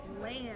land